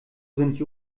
sind